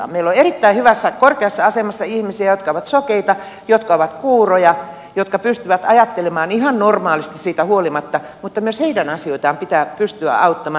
meillä on erittäin hyvässä korkeassa asemassa ihmisiä jotka ovat sokeita jotka ovat kuuroja jotka pystyvät ajattelemaan ihan normaalisti siitä huolimatta mutta myös heidän asioitaan pitää pystyä auttamaan